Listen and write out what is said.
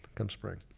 come spring.